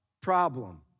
problem